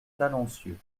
talencieux